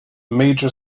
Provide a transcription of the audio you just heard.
major